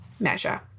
measure